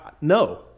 No